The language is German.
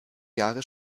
jahre